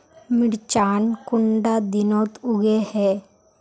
मिर्चान कुंडा दिनोत उगैहे?